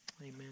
Amen